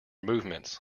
movements